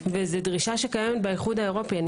נדרש לציין את זה באירופה.